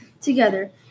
together